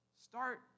Start